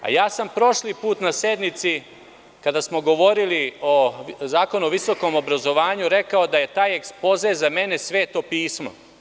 Prošli put sam na sednici kada smo govorili o Zakonu o visokom obrazovanju rekao da je taj ekspoze za mene sveto pismo.